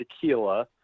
tequila